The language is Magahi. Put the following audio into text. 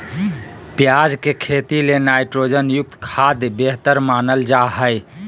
प्याज के खेती ले नाइट्रोजन युक्त खाद्य बेहतर मानल जा हय